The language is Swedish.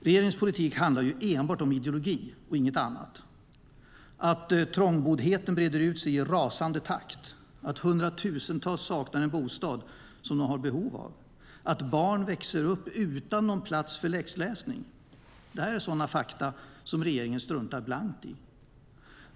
Regeringens politik handlar enbart om ideologi och inget annat. Att trångboddheten breder ut sig i rasande takt, att hundratusentals saknar den bostad de har behov av, att barn växer upp utan någon plats för läxläsning är sådana fakta som regeringen struntar blankt i.